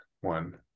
one